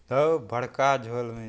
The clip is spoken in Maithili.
धौ बड़का झोलमे